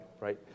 Right